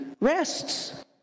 rests